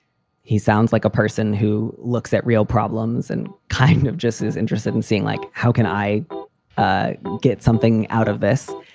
he sounds like a person who looks at real problems and kind of just is interested in seeing, like, how can i i get something out of this?